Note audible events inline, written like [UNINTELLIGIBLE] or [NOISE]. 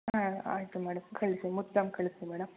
ಹಾಂ ಆಯಿತು ಮೇಡಮ್ ಕಳಿಸಿ [UNINTELLIGIBLE] ಕಳಿಸಿ ಮೇಡಮ್